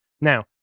Now